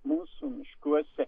mūsų miškuose